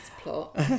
plot